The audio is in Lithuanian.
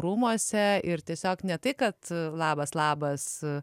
rūmuose ir tiesiog ne tai kad labas labas